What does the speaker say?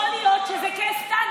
יכול להיות שזה case study,